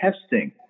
testing